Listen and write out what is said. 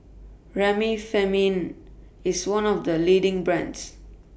Remifemin IS one of The leading brands